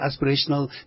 aspirational